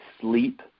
sleep